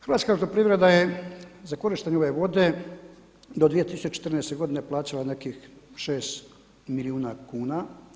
Hrvatska elektroprivreda je za korištenje ove vode do 2014. godine plaćala nekih 6 milijuna kuna.